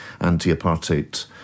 anti-apartheid